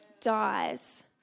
dies